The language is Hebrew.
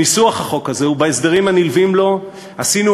בניסוח החוק הזה ובהסדרים הנלווים לו עשינו